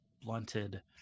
blunted